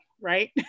right